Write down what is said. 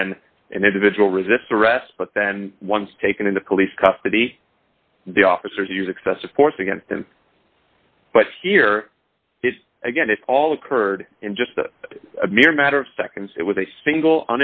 when an individual resists arrest but then once taken into police custody the officers use excessive force against him but here again it all occurred in just a mere matter of seconds it was a single